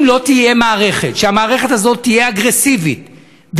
אם לא תהיה מערכת שתהיה אגרסיבית,